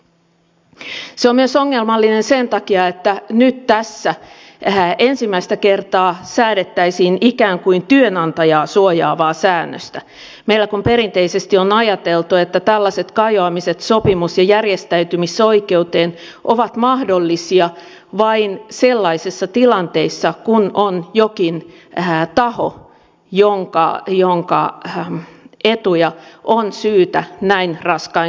se on ongelmallinen myös sen takia että nyt tässä ensimmäistä kertaa säädettäisiin ikään kuin työnantajaa suojaavaa säännöstä meillä kun perinteisesti on ajateltu että tällaiset kajoamiset sopimus ja järjestäytymisoikeuteen ovat mahdollisia vain sellaisissa tilanteissa kun on jokin taho jonka etuja on syytä näin raskain toimin suojata